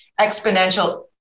exponential